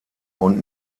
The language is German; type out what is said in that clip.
und